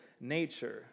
nature